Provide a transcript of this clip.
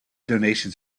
donations